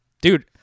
Dude